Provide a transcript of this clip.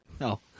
No